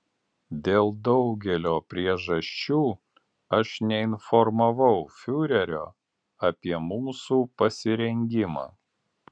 dėl daugelio priežasčių aš neinformavau fiurerio apie mūsų pasirengimą